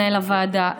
מנהל הוועדה,